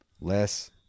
Less